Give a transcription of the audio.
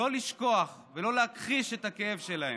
לא לשכוח ולא להכחיש את הכאב שלהם.